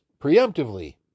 preemptively